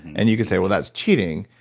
and you could say well that's cheating,